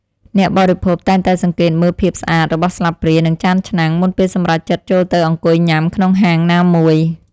អ្នកបរិភោគតែងតែសង្កេតមើលភាពស្អាតរបស់ស្លាបព្រានិងចានឆ្នាំង មុនពេលសម្រេចចិត្តចូលទៅអង្គុយញ៉ាំក្នុងហាងណាមួយ។